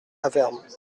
avermes